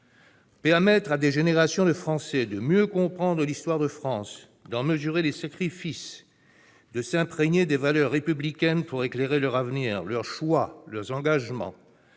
Permettre à des générations de Français de mieux comprendre l'histoire de la France, d'en mesurer les sacrifices, de s'imprégner des valeurs républicaines pour éclairer leur avenir, leurs choix, leurs engagements